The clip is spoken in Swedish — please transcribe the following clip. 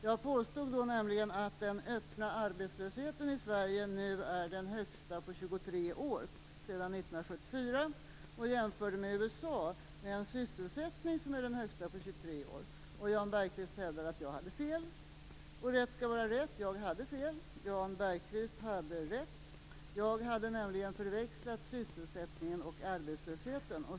Jag påstod nämligen att den öppna arbetslösheten i Sverige nu är den högsta på 23 år, sedan 1974, och jämförde med USA med en sysselsättning som är den högsta på 23 år. Jan Bergqvist hävdade att jag hade fel. Rätt skall vara rätt. Jag hade fel, Jan Bergqvist hade rätt. Jag hade nämligen förväxlat sysselsättningen och arbetslösheten.